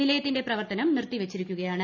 നിലയത്തിന്റെ പ്രവർത്തനം നിർത്തി വച്ചിരിക്കുകയാണ്